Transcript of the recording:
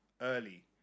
early